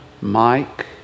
Mike